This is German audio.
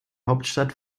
hauptstadt